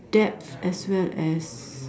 depth as well as